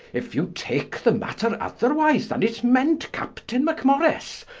if you take the matter otherwise then is meant, captaine mackmorrice,